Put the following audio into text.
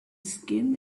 skin